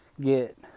get